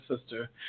sister